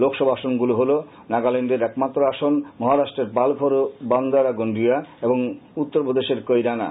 লোকসভা আসনগুলি হলো নাগাল্যান্ডের একমাত্র আসন মহারাষ্ট্রের পালঘর ও বান্দারা গোন্ডিয়া এবং উত্তরপ্রদেশের কৈরানা